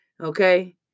Okay